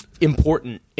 important